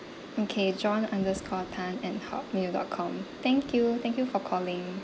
okay john underscore tan at hotmail dot com thank you thank you for calling